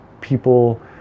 people